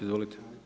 Izvolite.